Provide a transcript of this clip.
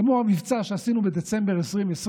כמו המבצע שעשינו בדצמבר 2020,